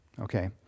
okay